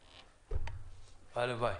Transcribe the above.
הלוואי.